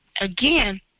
again